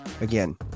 Again